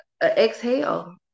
Exhale